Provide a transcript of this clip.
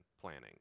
planning